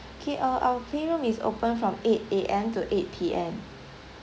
K uh our playroom is open from eight A_M to eight P_M